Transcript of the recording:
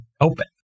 open